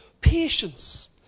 patience